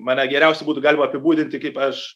ar mane geriausiai būtų galima apibūdinti kaip aš